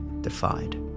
defied